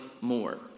more